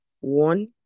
one